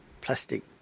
plastic